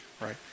right